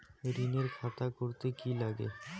ঋণের খাতা করতে কি লাগে?